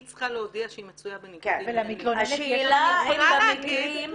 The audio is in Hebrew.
היא צריכה להודיע שהיא מצויה בניגוד עניינים.